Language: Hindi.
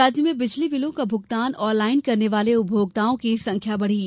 राज्य में बिजली बिलों का भुगतान ऑनलाइन करने वाले उपभोक्ता की संख्या बढ़ी